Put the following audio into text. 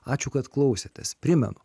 ačiū kad klausėtės primenu